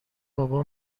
بابا